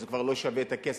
אז זה כבר לא שווה את הכסף.